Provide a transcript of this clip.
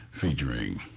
featuring